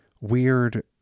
weird